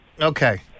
Okay